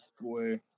Boy